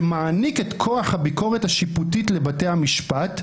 שמעניק את כוח הביקורת השיפוטית לבתי המשפט,